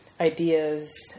ideas